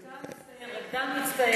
יש מוזיקאי מצטיין, רקדן מצטיין.